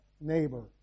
neighbor